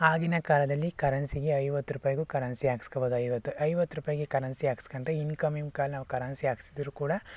ಆಗಿನ ಕಾಲದಲ್ಲಿ ಕರೆನ್ಸಿಗೆ ಐವತ್ತು ರೂಪಾಯಿಗೂ ಕರೆನ್ಸಿ ಹಾಕ್ಸ್ಬೋದು ಐವತ್ತು ಐವತ್ತು ರೂಪಾಯಿಗೆ ಕರೆನ್ಸಿ ಹಾಕ್ಸ್ಕೊಂಡ್ರೆ ಇನ್ಕಮಿಂಗ್ ಕಾಲ್ ನಾವು ಕರೆನ್ಸಿ ಹಾಕ್ಸದಿದ್ರೂ ಕೂಡ